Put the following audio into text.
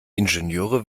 ingenieure